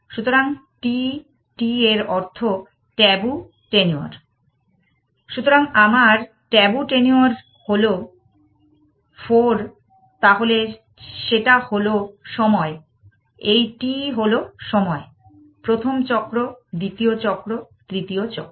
সুতরাং t t এর অর্থ ট্যাবু টেনিওর সুতরাং আমার ট্যাবু টেনিওর হলো 4 তাহলে সেটা হল সময় এই t হল সময় প্রথম চক্র দ্বিতীয় চক্র তৃতীয় চক্র